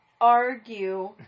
argue